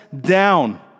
down